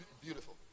beautiful